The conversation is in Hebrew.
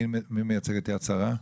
מי מייצג את יד שרה?